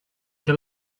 get